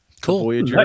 Cool